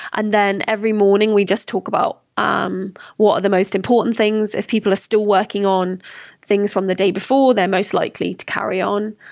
and then, every morning, we just talk about um what are the most important things. if people are still working on things from the day before, they're mostly likely to carry on.